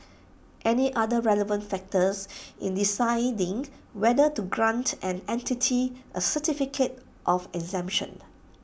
any other relevant factors in deciding whether to grant an entity A certificate of exemption